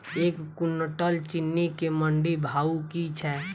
एक कुनटल चीनी केँ मंडी भाउ की छै?